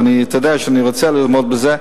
ואתה יודע שאני רוצה לעמוד בזה,